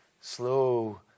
Slow